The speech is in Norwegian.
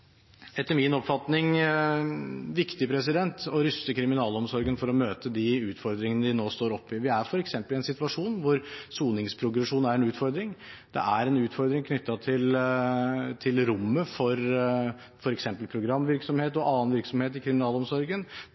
etter min oppfatning viktig å ruste kriminalomsorgen for å møte de utfordringene vi nå står oppe i. Det er f.eks. en situasjon der soningsprogresjon er en utfordring. Det er en utfordring knyttet til rommet for f.eks. programvirksomhet og annen virksomhet i kriminalomsorgen.